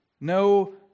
No